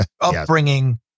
upbringing